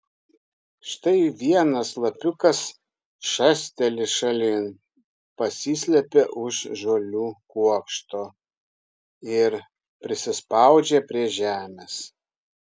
štai vienas lapiukas šasteli šalin pasislepia už žolių kuokšto ir prisispaudžia prie žemės